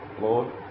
Lord